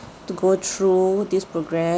to go through this programme